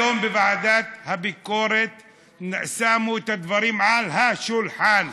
היום בוועדת הביקורת שמו את הדברים על השולחן.